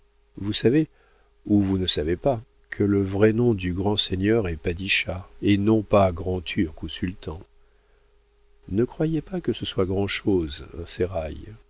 vous savez ou vous ne savez pas que le vrai nom du grand-seigneur est padischah et non pas grand-turc ou sultan ne croyez pas que ce soit grand'chose